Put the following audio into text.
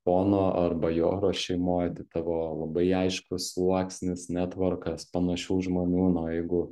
pono ar bajoro šeimoj tai tavo labai aiškus sluoksnis netvorkas panašių žmonių na o jeigu